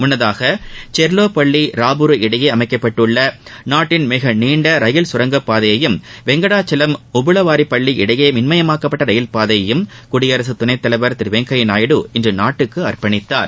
முன்னதாக செரோபள்ளி ராபுரு இடையே அமைக்கப்பட்டுள்ள நாட்டின் மிக நீண்ட ரயில் சுரங்கப் பாதையையும் வெங்கடாச்சலம் ஒபுலவாரிபள்ளி இடையே மின்மயமாக்கப்பட்ட ரயில் பாதையையும் குடியரசுத் துணை தலைவர் திரு வெங்கைய்யா நாயுடு இன்று நாட்டுக்கு அர்ப்பணித்தார்